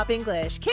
English